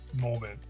moment